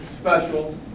special